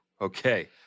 Okay